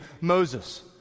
Moses